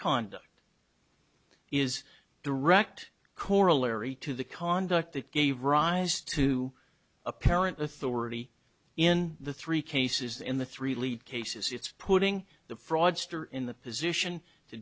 conduct is direct corollary to the conduct that gave rise to apparent authority in the three cases in the three lead cases it's putting the fraudster in the position to